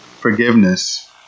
forgiveness